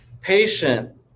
patient